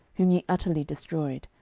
whom ye utterly destroyed.